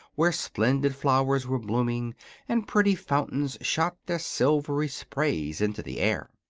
where splendid flowers were blooming and pretty fountains shot their silvery sprays into the air.